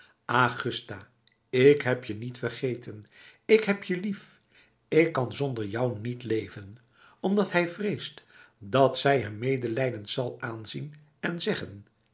augusta ik heb je niet vergeten ik heb je lief ik kan zonder jou niet leven omdat hij vreest dat zij hem medelijdend zal aanzien en zeggen